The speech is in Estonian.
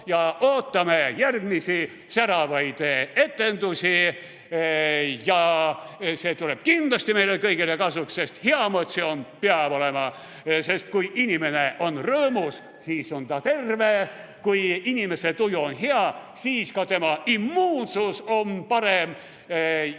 Ja ootame järgmisi säravaid etendusi. See tuleb kindlasti meile kõigile kasuks, sest hea emotsioon peab olema. Kui inimene on rõõmus, siis ta on terve, kui inimese tuju on hea, siis on ka tema immuunsus parem. Ja